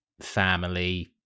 family